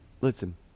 listen